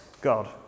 God